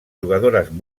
jugadores